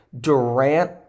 Durant